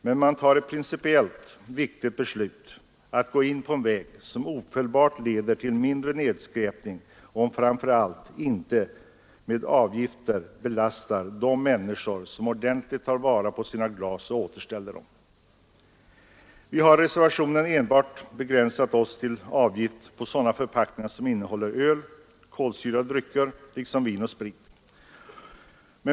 Men man tar ett principiellt viktigt steg in på en väg som ofelbart leder till mindre nedskräpning, och framför allt avgiftsbelastar man inte de människor som ordentligt tar vara på sina glas och återställer dem. Vi har i reservationen 2 begränsat oss till avgift på sådana förpackningar som innehåller öl, kolsyrade drycker, vin eller sprit.